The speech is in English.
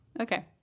Okay